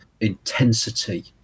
intensity